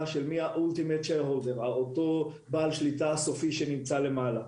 לגבי זהות בעל השליטה הסופי שנמצא למעלה.